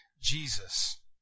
Jesus